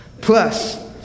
Plus